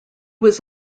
was